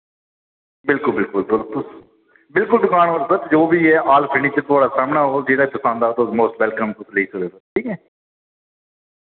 बिल्कुल बिल्कु्ल बिल्कुल दुकान पर सर जो बी ऐ आल फर्नीचर थुआढ़े सामनै होग जेह्ड़ा पसंद औग तुसें मोस्ट वैलकम तुस लेई सकदे ओ ठीक ऐ